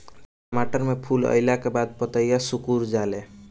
टमाटर में फूल अईला के बाद पतईया सुकुर जाले?